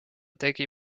tegi